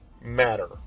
matter